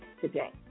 today